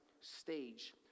stage